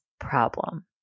Problem